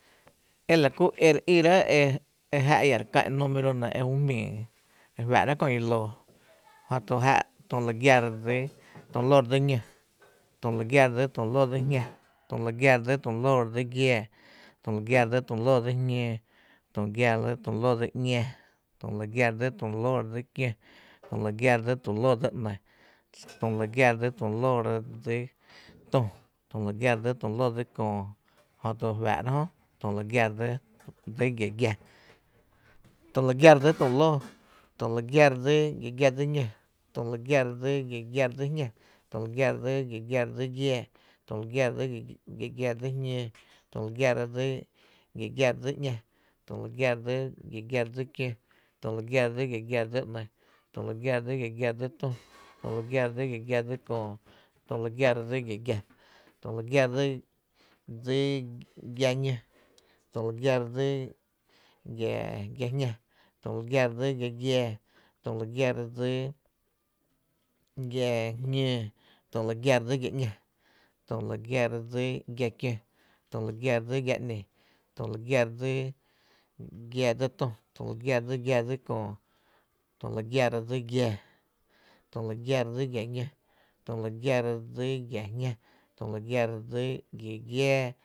E la kuro’ re íráá’ e jä’ lla re ká’n número nɇ e ju jmíi e faa’rá’ e kö ‘ña lóó jö to já’ tü lu gia dsi tu lóó dsi ñó, tü lu gia dsi tu lóó dsi jñá, tü lu gia dsi tu lóó dsi giⱥⱥ, tü lu gia dsi tu lóó dsi jñóó, tü lu gia dsi tu lóó dsi ‘ña, tü lu gia dsi tu lóó dsi kió, tü lu gia dsi tu lóó dsi ‘ny, tü lu gia dsi tu lóó dsi tü, tü lu gia dsi tu lóó dsi ‘köö, tü lu gia dsi tu lóó, tü lu gia dsi giⱥ giⱥ dsi ñó, tü lu gia dsi giⱥ giⱥ dsi jñá, tü lu gia dsi giⱥ giⱥ dsi giⱥⱥ, tü lu gia dsi giⱥ giⱥ dsi jñóó, tü lu gia dsi giⱥ giⱥ dsi ‘ña, tü lu gia dsi giⱥ giⱥ dsi kió, tü lu gia dsi giⱥ giⱥ dsi ‘ny, tü lu gia dsi giⱥ giⱥ dsi tü, tü lu gia dsi giⱥ giⱥ dsi köö, tü lu gia dsi giⱥ giⱥ, tü lu gia dsi giⱥⱥ dsi ñó, tü lu gia dsi giⱥⱥ dsi jñá, tü lu gia dsi giⱥⱥ dsi giⱥá tü lu gia dsi giⱥⱥ dsi jñóó, tü lu gia dsi giⱥⱥ dsi ‘ña, tü lu gia dsi giⱥⱥ dsi kió, tü lu gia dsi giⱥⱥ dsi ‘ny, tü lu gia dsi giⱥⱥ dsi tü, tü lu gia dsi giⱥⱥ dsi köö, tü lu gia dsi giⱥⱥ, tü lu gia dsi giⱥ ñó, tü lu gia dsi giⱥ jñá, tü lu gia dsi giⱥ giⱥá.